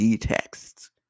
texts